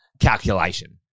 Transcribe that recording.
calculation